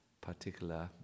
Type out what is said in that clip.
particular